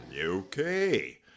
Okay